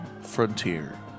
frontier